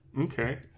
Okay